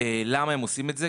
31.1.2023. למה הם עושים את זה?